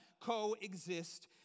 coexist